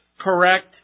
correct